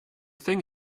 thing